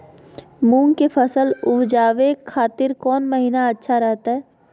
मूंग के फसल उवजावे खातिर कौन महीना अच्छा रहतय?